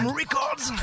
records